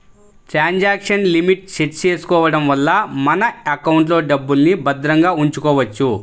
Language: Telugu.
ట్రాన్సాక్షన్ లిమిట్ సెట్ చేసుకోడం వల్ల మన ఎకౌంట్లో డబ్బుల్ని భద్రంగా ఉంచుకోవచ్చు